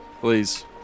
Please